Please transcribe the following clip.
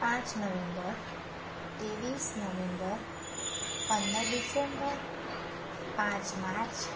પાંચ નવેમ્બર ત્રેવીસ નવેમ્બર પંદર ડિસેમ્બર પાંચ માર્ચ